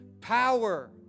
power